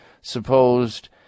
supposed